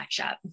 matchup